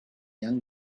young